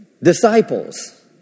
Disciples